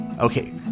okay